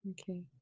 Okay